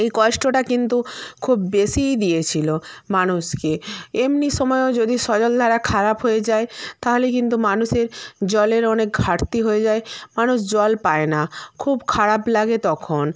এই কষ্টটা কিন্তু খুব বেশিই দিয়েছিলো মানুষকে এমনি সময়ও যদি সজলধারা খারাপ হয়ে যায় তাহলে কিন্তু মানুষের জলের অনেক ঘাটতি হয়ে যায় মানুষ জল পায় না খুব খারাপ লাগে তখন